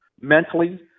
mentally